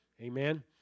Amen